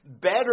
better